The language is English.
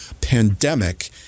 pandemic